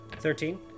Thirteen